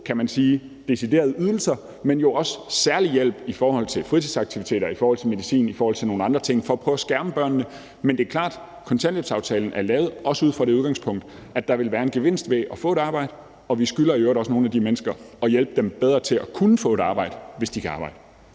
at sikre både deciderede ydelser, men jo også særlig hjælp i forhold til fritidsaktiviteter, i forhold til medicin og i forhold til nogle andre ting for at prøve at skærme børnene. Men det er klart, at kontanthjælpsaftalen også er lavet ud fra det udgangspunkt, at der vil være en gevinst ved at få et arbejde, og vi skylder i øvrigt også nogle af de mennesker at hjælpe dem bedre til at kunne få et arbejde, hvis de kan arbejde.